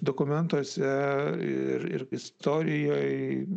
dokumentuose ir ir istorijoj